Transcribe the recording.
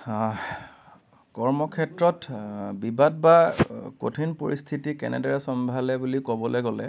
কৰ্মক্ষেত্ৰত বিবাদ বা কঠিন পৰিস্থিতি কেনেদৰে চম্ভালে বুলি ক'বলৈ গ'লে